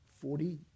Forty